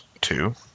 two